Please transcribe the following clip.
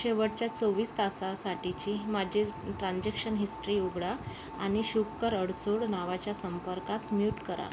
शेवटच्या चोवीस तासासाठीची माझी ट्रान्झॅक्शन हिस्टरी उघडा आणि शुभकर अडसूड नावाच्या संपर्कास म्यूट करा